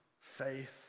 faith